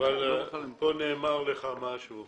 פה נאמר לך משהו.